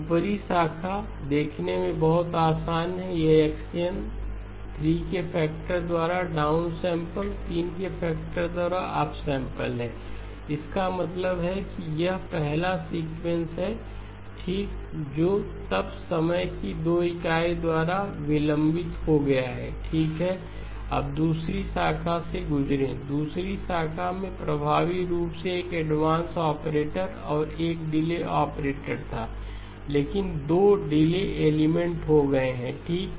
ऊपरी शाखा देखने में बहुत आसान है यह x n 3 के फैक्टर द्वारा डाउन सैंपल 3 के फैक्टर द्वारा अप सैंपल है इसका मतलब है कि यह पहला सीक्वेंस है ठीक जो तब समय की 2 इकाइयों द्वारा विलंबित हो गया है ठीक है अब दूसरी शाखा से गुजरें दूसरी शाखा में प्रभावी रूप से एक एडवांस ऑपरेटर और एक डिले ऑपरेटर था लेकिन अब 2 डिले एलिमेंट हो गए हैं ठीक